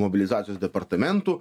mobilizacijos departamentu